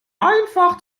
einfach